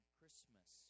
Christmas